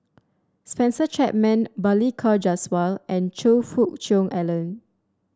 Spencer Chapman Balli Kaur Jaswal and Choe Fook Cheong Alan